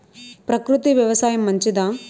ప్రకృతి వ్యవసాయం మంచిదా?